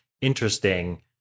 interesting